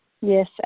Yes